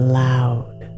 loud